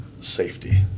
safety